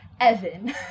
Evan